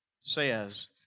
says